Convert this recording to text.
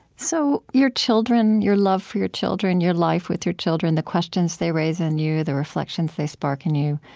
so your children your love for your children, your life with your children, the questions they raise in you, the reflections they spark in you